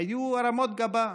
היו הרמות גבה.